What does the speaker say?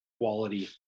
quality